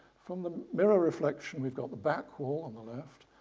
from the mirror reflection we've got the back wall on the left,